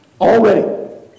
already